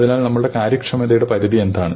അതിനാൽ നമ്മുടെ കാര്യക്ഷമതയുടെ പരിധി എന്താണ്